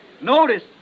Notice